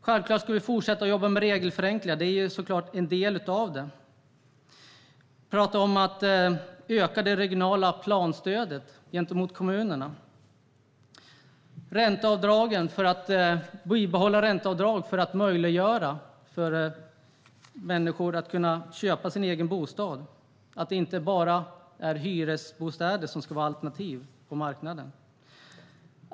Självklart ska vi fortsätta att jobba med regelförenklingar. Det är såklart en del av detta. Vi talar om att öka det regionala planstödet gentemot kommunerna och om att bibehålla ränteavdragen för att möjliggöra för människor att köpa en egen bostad, så att inte enbart hyresbostäder ska vara ett alternativ på marknaden.